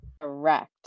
Correct